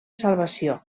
salvació